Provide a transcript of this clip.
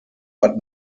but